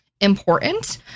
important